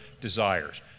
desires